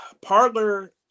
parlor